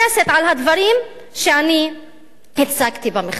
על הדברים שהצגתי במכתב,